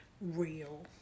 real